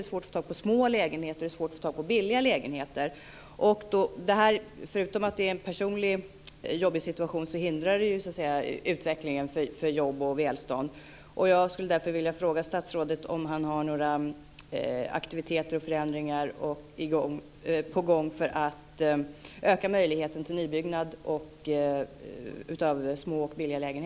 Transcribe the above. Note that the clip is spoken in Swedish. Framför allt är det svårt att få tag på små och billiga lägenheter. Förutom att det är en personligt jobbig situation hindrar det utvecklingen när det gäller jobb och välstånd.